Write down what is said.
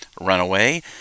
Runaway